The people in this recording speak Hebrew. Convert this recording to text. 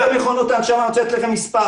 לגבי מכונות ההנשמה אני רוצה להציג לכם מספר.